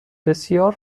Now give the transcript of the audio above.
بسیار